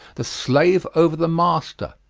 the slave over the master.